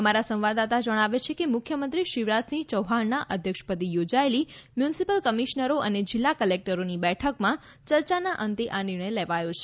અમારા સંવાદદાતા જણાવે છે કે મુખ્યમંત્રી શીવરાજસિંહ ચૌહાણના અધ્યક્ષપદે યોજાયેલી મ્યુનિસિપલ કમિશનરો અને જિલ્લા કલેક્ટરોની બેઠકમાં યર્યાના અંતે આ નિર્ણય લેવાયો છે